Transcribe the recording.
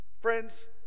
Friends